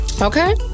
okay